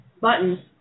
button